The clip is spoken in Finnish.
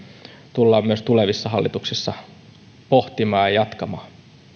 tullaan myös tulevissa hallituksissa pohtimaan ja jatkamaan